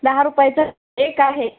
दहा रुपयाचं एक आहे